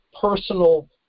personal